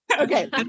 Okay